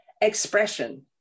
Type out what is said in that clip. expression